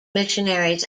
missionaries